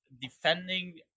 defending